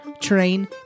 train